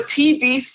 TV